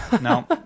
No